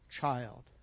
child